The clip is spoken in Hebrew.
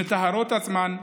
מטהרות עצמן,